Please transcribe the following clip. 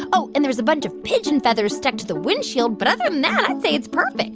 oh, and there's a bunch of pigeon feathers stuck to the windshield. but other than that, i'd say it's perfect